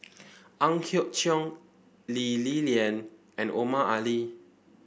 Ang Hiong Chiok Lee Li Lian and Omar Ali